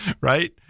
Right